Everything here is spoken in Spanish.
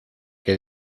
que